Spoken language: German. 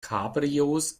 cabrios